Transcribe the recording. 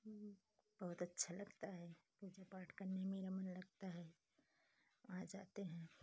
तो बहुत अच्छा लगता है पूजा पाठ करने मेरा मन लगता है वहाँ जाते हैं